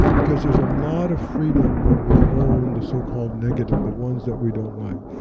because there's a lot of freedom when we own the so-called negative, the ones that we don't like.